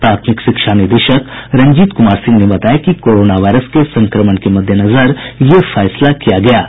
प्राथमिक शिक्षा निदेशक रंजीत कुमार सिंह ने बताया कि कोरोना वायरस के संक्रमण के मद्देनजर यह फैसला किया गया है